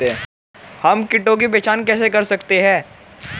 हम कीटों की पहचान कैसे कर सकते हैं?